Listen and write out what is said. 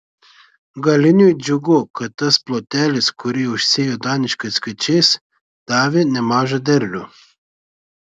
galiniui džiugu kad tas plotelis kurį užsėjo daniškais kviečiais davė nemažą derlių